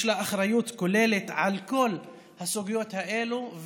יש לה אחריות כוללת על כל הסוגיות האלו,